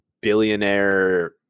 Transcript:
billionaire